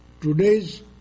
today's